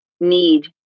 need